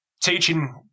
teaching